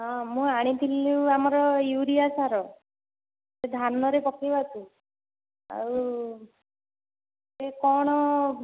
ହଁ ମୁଁ ଆଣିଥିଲି ଆମର ୟୁରିଆ ସାର ସେ ଧାନରେ ପକେଇବାକୁ ଆଉ ସେ କଣ